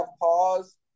pause